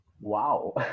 Wow